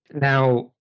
now